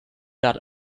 that